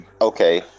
Okay